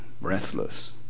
breathless